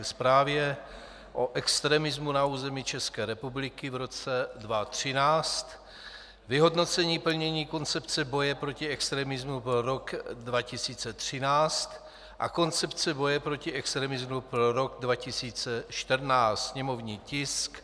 Zprávě o extremismu na území České republiky v roce 2013, Vyhodnocení plnění koncepce boje proti extremismu pro rok 2013 a Koncepce boje proti extremismu pro rok 2014, sněmovní tisk 239.